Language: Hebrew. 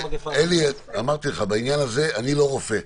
אלי, אמרתי לך: בעניין הזה אני לא רופא.